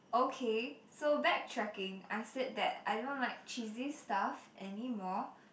okay so backtracking I said that I don't like cheesy stuff anymore